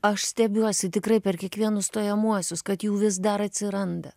aš stebiuosi tikrai per kiekvienus stojamuosius kad jų vis dar atsiranda